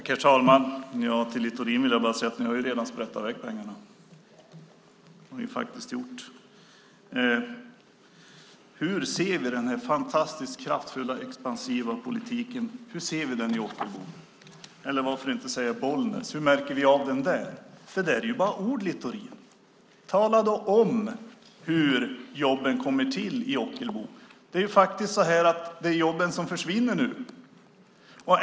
Herr talman! Ni har ju redan sprätt i väg pengarna. Hur ser vi den fantastiskt kraftfulla expansiva politiken i Ockelbo? Hur märker vi av den i Bollnäs? Det är ju bara ord, Littorin. Tala om hur jobben kommer till i Ockelbo. Det är jobben som försvinner nu.